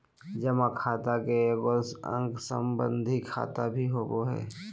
जमा खाता के एगो अंग सावधि खाता भी होबो हइ